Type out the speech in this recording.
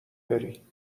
بری